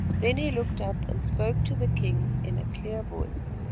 then he looked up and spoke to the king in a clear voice.